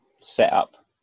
setup